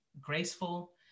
graceful